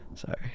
sorry